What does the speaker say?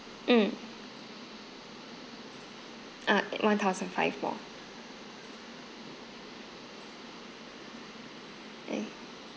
mm ah one thousand five more eh